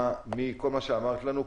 כל מה שאמרת לנו,